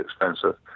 expensive